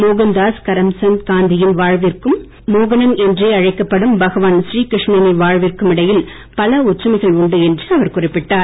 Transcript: மோகன்தாஸ் கரம்சந்த் காந்தியின் வாழ்விற்கும் மோகனன் என்றே அழைக்கப்படும் பகவான் ஸ்ரீகிருஷ்ணரின் வாழ்விற்கும் இடையில் பல ஒற்றுமைகள் உண்டு என்றும் அவர் குறிப்பிட்டார்